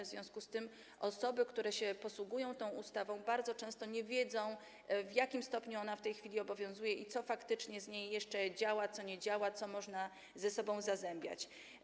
W związku z tym osoby, które posługują się tą ustawą, bardzo często nie wiedzą, w jakim stopniu ona w tej chwili obowiązuje i co z niej faktycznie jeszcze działa, co nie działa, co można ze sobą zazębiać.